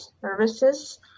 services